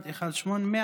118,